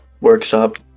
workshop